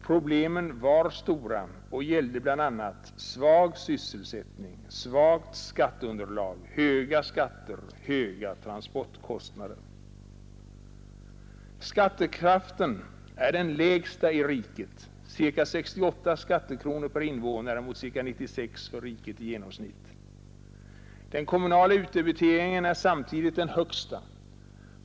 Problemen var stora och gällde bl.a. svag sysselsättning, svagt skatteunderlag, höga skatter, höga transportkostnader. Skattekraften är den lägsta i riket, ca 68 skattekronor per invånare mot ca 96 för riket i genomsnitt. Den kommunala utdebiteringen är samtidigt den högsta.